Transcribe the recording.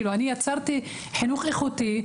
יצרתי חינוך איכותי,